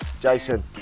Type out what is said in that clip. Jason